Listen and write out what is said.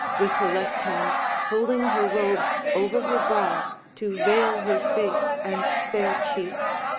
with her left hand holding her robe over her brow to veil her face and fair cheeks,